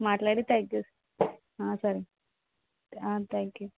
మాట్లాడి తగ్గి సరే థ్యాంక్ యు